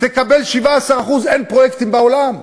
תקבל 17% אין פרויקטים בעולם.